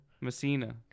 Messina